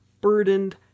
burdened